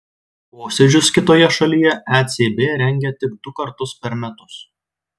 posėdžius kitoje šalyje ecb rengia tik du kartus per metus